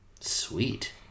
Sweet